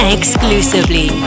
Exclusively